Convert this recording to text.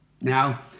Now